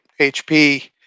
HP